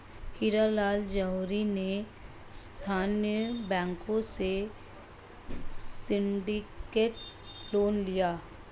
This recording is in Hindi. हीरा लाल झावेरी ने स्थानीय बैंकों से सिंडिकेट लोन लिया